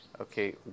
Okay